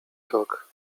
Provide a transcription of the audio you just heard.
krok